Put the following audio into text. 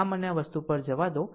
આમ મને આ વસ્તુ પર જવા દો